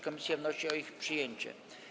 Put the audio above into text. Komisja wnosi o ich przyjęcie.